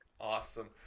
Awesome